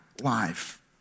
life